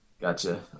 gotcha